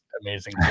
amazing